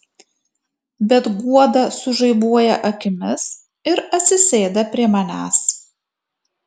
bet guoda sužaibuoja akimis ir atsisėda prie manęs